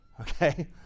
okay